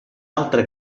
altra